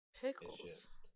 pickles